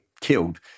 killed